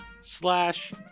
slash